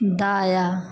दायाँ